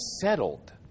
settled